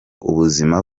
ubuzima